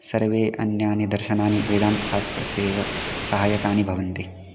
सर्वे अन्यानि दर्शनानि वेदान्तशास्त्रस्य एव सहाय्यकानि भवन्ति